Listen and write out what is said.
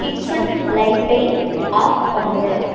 kitchen லைட்டை off பண்ணு